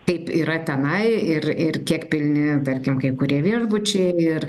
kaip yra tenai ir ir kiek pilni tarkim kai kurie viešbučiai ir